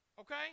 Okay